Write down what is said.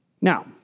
Now